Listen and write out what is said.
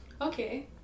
Okay